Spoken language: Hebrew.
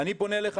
אני פונה אליך,